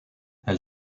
elle